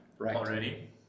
already